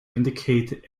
indicate